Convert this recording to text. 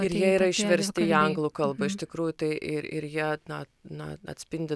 ir jie yra išverstiį anglų kalbą iš tikrųjų tai ir ir jie na na atspindi